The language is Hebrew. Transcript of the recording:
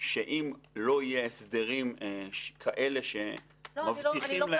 שאם לא יהיה הסדרים כאלה שמבטיחים להם --- לא,